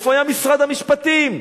איפה היה משרד המשפטים?